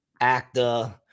actor